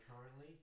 currently